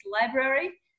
Library